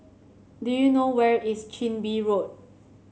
do you know where is Chin Bee Road